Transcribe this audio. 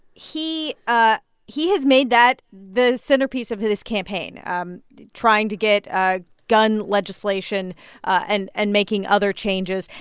he ah he has made that the centerpiece of his campaign um trying to get ah gun legislation and and making other changes.